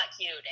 cute